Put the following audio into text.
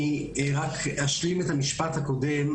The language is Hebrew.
אני רק אשלים את המשפט הקודם,